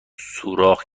سوراخ